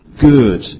good